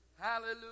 Hallelujah